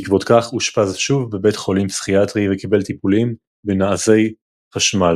בעקבות כך אושפז שוב בבית חולים פסיכיאטרי וקיבל טיפולים בנזעי חשמל.